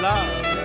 Love